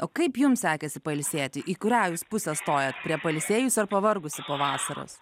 o kaip jums sekėsi pailsėti į kurią pusę stojat prie pailsėjusių ar pavargusių po vasaros